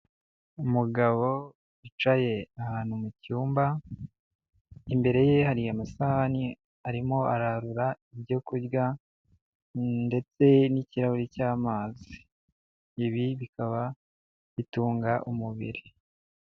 Umugabo wicaye ahantu mu cyumba imbere ye hari amasahani arimo ararura ibyo kurya ndetse n'ikirahuri cy'amazi ibi bikaba bitunga umubiri.